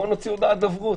בואו נוציא הודעת דוברות.